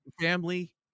family